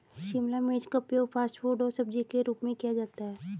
शिमला मिर्च का उपयोग फ़ास्ट फ़ूड और सब्जी के रूप में किया जाता है